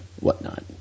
whatnot